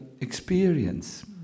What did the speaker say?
experience